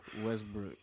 Westbrook